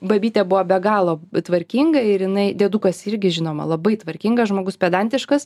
babytė buvo be galo tvarkinga ir jinai diedukas irgi žinoma labai tvarkingas žmogus pedantiškas